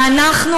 ואנחנו,